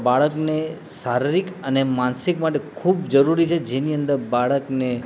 બાળકને શારીરિક અને માનસિક માટે ખૂબ જરૂરી છે જેની અંદર બાળકને